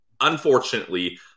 unfortunately